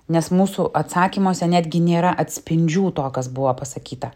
nes mūsų atsakymuose netgi nėra atspindžių to kas buvo pasakyta